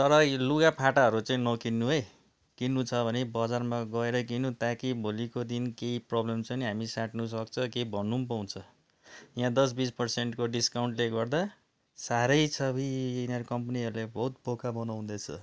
तर यो लुगाफाटाहरू चाहिँ नकिन्नु है किन्नु छ भने बजारमा गएर किन्नु ताकि भोलिको दिन केही प्रोब्लम छ भने हामी साट्नु सक्छ केही भन्नु पनि पाउँछ यहाँ दस बिस पर्सेन्टको डिस्काउन्टले गर्दा साह्रै छ अब्बुई यिनीहरू कम्पनीहरूले बहुत बोका बनाउँदैछ